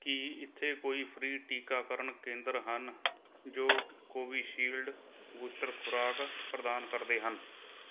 ਕੀ ਇੱਥੇ ਕੋਈ ਫ੍ਰੀ ਟੀਕਾਕਰਨ ਕੇਂਦਰ ਹਨ ਜੋ ਕੋਵਿਸ਼ਿਲਡ ਬੂਸਟਰ ਖੁਰਾਕ ਪ੍ਰਦਾਨ ਕਰਦੇ ਹਨ